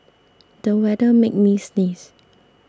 the weather made me sneeze